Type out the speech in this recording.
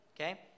okay